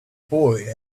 boy